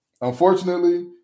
Unfortunately